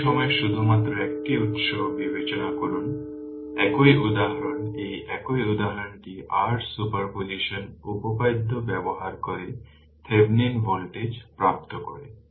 একটি সময়ে শুধুমাত্র একটি উত্স বিবেচনা করুন একই উদাহরণ এই একই উদাহরণটি r সুপারপজিশন উপপাদ্য ব্যবহার করে থেভেনিন ভোল্টেজ প্রাপ্ত করে